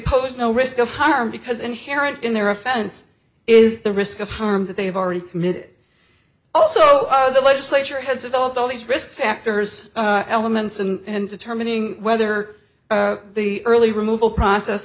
pose no risk of harm because inherent in their offense is the risk of harm that they have already committed so the legislature has developed all these risk factors elements and determining whether the early removal process